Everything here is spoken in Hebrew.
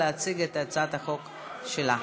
להציג את הצעת החוק שלה.